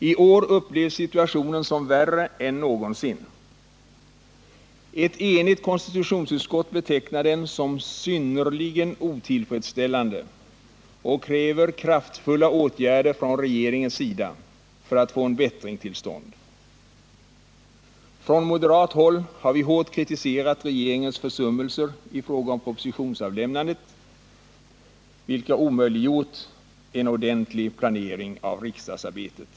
I år upplevs situationen som värre än någonsin. Ett enigt konstitutionsutskott betecknar den som synnerligen otillfredsställande och kräver kraftfulla åtgärder från regeringens sida för att få en bättring till stånd. Från moderat håll har vi hårt kritiserat regeringens försummelser i fråga om propositionsavlämnandet, vilka omöjliggjort en ordentlig planering av riks dagsarbetet.